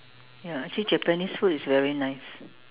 ya actually Japanese food is very nice